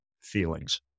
feelings